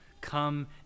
Come